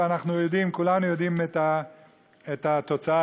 כולנו יודעים את התוצאה,